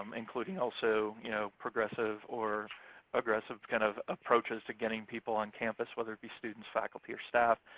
um including also you know progressive or aggressive kind of approaches to getting people on campus, whether it be students, faculty, or staff,